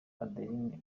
adeline